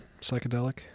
psychedelic